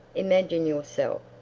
imagine yourself,